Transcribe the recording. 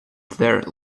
there